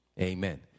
Amen